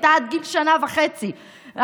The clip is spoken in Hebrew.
הייתה עד גיל שנה וחצי במעברות.